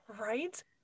Right